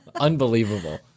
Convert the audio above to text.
Unbelievable